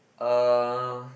uh